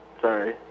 sorry